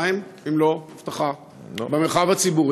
מה הם, אם לא אבטחה במרחב הציבורי?